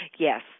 Yes